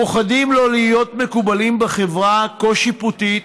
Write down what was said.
פוחדים לא להיות מקובלים בחברה כה שיפוטית,